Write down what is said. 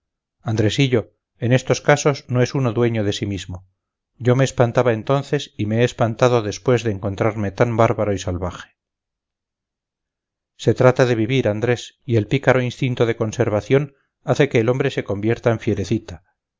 andresillo en estos casos no es uno dueño de sí mismo yo me espantaba entonces y me he espantado después de encontrarme tan bárbaro y salvaje se trata de vivir andrés y el pícaro instinto de conservación hace que el hombre se convierta en fierecita